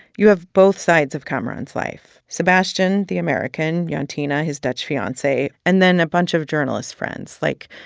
you have both sides of kamaran's life sebastian, the american, jantine, ah his dutch fiancee, and then a bunch of journalist friends. like,